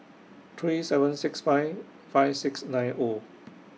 three seven six five five six nine O